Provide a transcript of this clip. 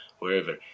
wherever